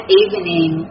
evening